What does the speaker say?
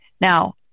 Now